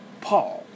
Paul